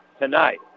tonight